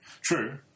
True